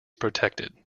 protected